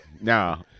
No